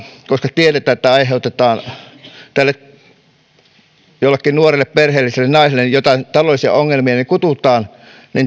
koska tiedetään että kun aiheutetaan jollekin nuorelle perheelliselle naiselle taloudellisia ongelmia niin kutsutaan